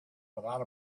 without